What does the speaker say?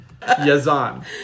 Yazan